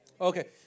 Okay